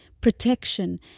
protection